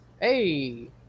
Hey